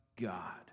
God